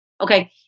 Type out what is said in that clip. Okay